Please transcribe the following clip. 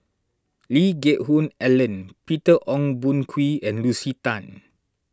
Lee Geck Hoon Ellen Peter Ong Boon Kwee and Lucy Tan